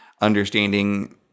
Understanding